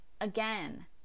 again